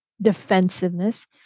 defensiveness